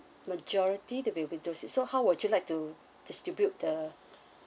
majority to be window seats so how would you like to distribute the